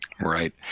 right